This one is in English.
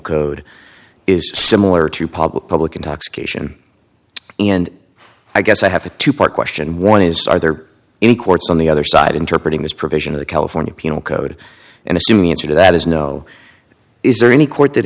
code is similar to public public intoxication and i guess i have a two part question one is are there in courts on the other side interpret in this provision of the california penal code and assuming you do that is no is there any court that